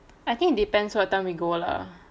I think it depends what time we go lah